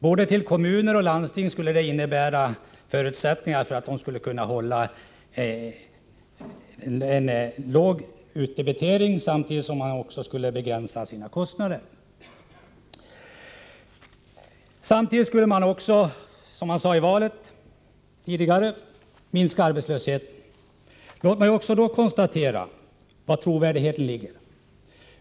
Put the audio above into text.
Både för kommuner och för landsting skulle det innebära förutsättningar för att de skulle kunna hålla en låg utdebitering samt att de skulle kunna begränsa sina kostnader. Samtidigt skulle regeringen, vilket man hade sagt i valrörelsen, minska arbetslösheten. Låt mig då förklara vari trovärdigheten ligger.